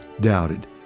doubted